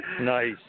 Nice